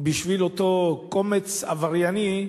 בשביל אותו קומץ עברייני.